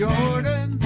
Jordan